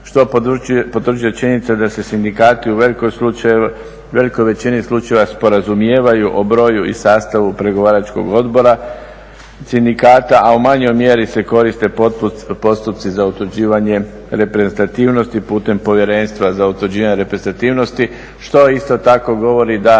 što potvrđuje činjenica da se sindikati u velikoj većini slučajeva sporazumijevaju o broju i sastavu pregovaračkog odbora sindikata, a u manjoj mjeri se koriste postupci za utvrđivanje reprezentativnosti putem povjerenstva za utvrđivanje reprezentativnosti što isto tako govori da